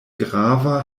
grava